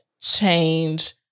change